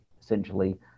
essentially